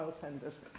tenders